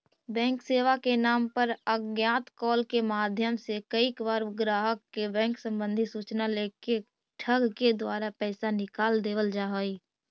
bank सेवा के नाम पर अज्ञात कॉल के माध्यम से कईक बार ग्राहक के बैंक संबंधी सूचना लेके ठग के द्वारा पैसा निकाल लेवल जा हइ